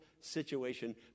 situation